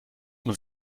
man